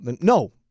no